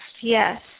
Yes